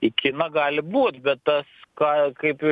į kiną gali būti bet tas ką kaip